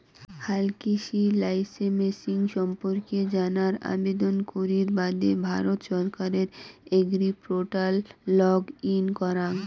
হালকৃষি লাইসেমসিং সম্পর্কে জানার আবেদন করির বাদে ভারত সরকারের এগ্রিপোর্টাল লগ ইন করঙ